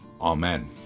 Amen